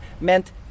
meant